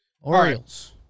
Orioles